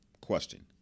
question